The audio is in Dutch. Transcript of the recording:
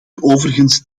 overigens